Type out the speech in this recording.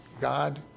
God